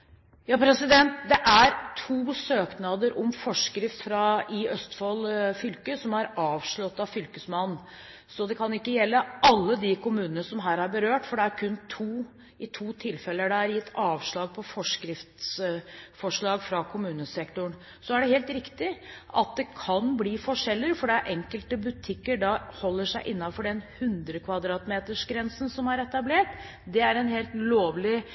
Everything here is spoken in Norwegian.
Det er to søknader om forskrift i Østfold fylke som er avslått av fylkesmannen, så det kan ikke gjelde alle de kommunene som her er berørt, for det er i kun to tilfeller det er gitt avslag på forskriftsforslag fra kommunesektoren. Så er det helt riktig at det kan bli forskjeller, fordi enkelte butikker da holder seg innenfor den 100 m2-grensen som er etablert. Det er en helt lovlig